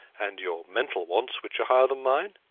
and your mental wants, which are higher than mine?